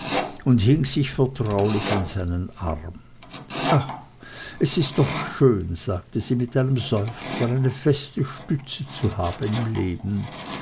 und hing sich vertraulich an seinen arm ach es ist doch schön sagte sie mit einem seufzer eine feste stütze zu haben im leben